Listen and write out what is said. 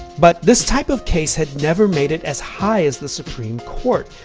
but this type of case had never made it as high as the supreme court.